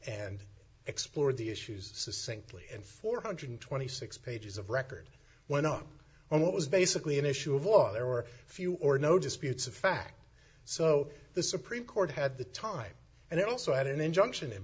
and explored the issues simply and four hundred and twenty six dollars pages of record went up on what was basically an issue of law there were few or no disputes of fact so the supreme court had the time and it also had an injunction in